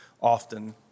often